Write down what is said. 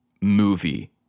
movie